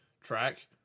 track